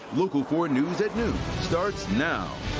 local four news at noon starts now.